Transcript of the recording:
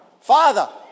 Father